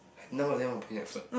none of them will put in effort